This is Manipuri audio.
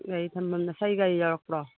ꯒꯥꯔꯤ ꯊꯝꯐꯝ ꯅꯁꯥꯒꯤ ꯒꯥꯔꯤ ꯌꯥꯎꯔꯛꯄ꯭ꯔꯣ